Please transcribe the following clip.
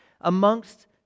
amongst